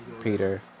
Peter